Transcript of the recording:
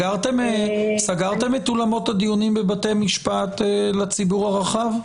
סגרתם את אולמות הדיונים בבתי משפט לציבור הרחב?